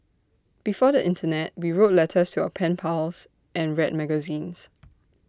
before the Internet we wrote letters to our pen pals and read magazines